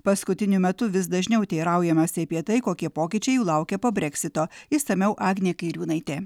paskutiniu metu vis dažniau teiraujamasi apie tai kokie pokyčiai jų laukia po breksito išsamiau agnė kairiūnaitė